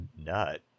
nut